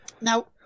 Now